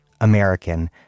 American